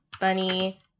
bunny